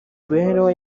mibereho